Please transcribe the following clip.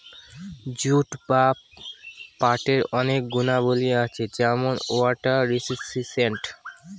jute বা পাটের অনেক গুণাবলী আছে যেমন ওয়াটার রেসিস্টেন্ট